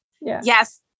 yes